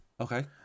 Okay